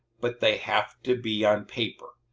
but they have to be on paper.